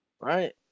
right